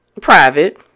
private